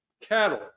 cattle